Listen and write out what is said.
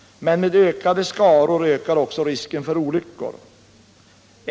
Men med ökade skaror ökar också risken för olyckor.